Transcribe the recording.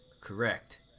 Correct